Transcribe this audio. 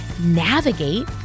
navigate